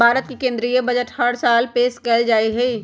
भारत के केन्द्रीय बजट हर साल पेश कइल जाहई